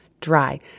dry